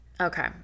Okay